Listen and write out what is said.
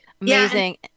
Amazing